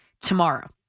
tomorrow